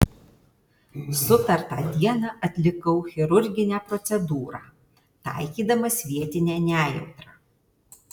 sutartą dieną atlikau chirurginę procedūrą taikydamas vietinę nejautrą